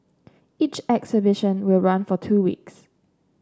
each exhibition will run for two weeks